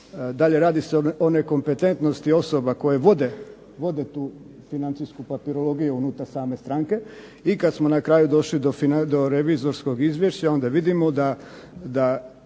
Dalje radi se o nekompetentnosti osoba koje vode tu financijsku papirologiju unutar same stranke. I kada smo na kraju došli do revizorskog izvješća onda vidimo da